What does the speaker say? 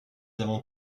avons